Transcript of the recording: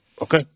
Okay